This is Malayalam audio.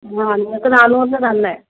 അഹ് നിങ്ങൾക്ക് നാനൂറിന് തന്നെ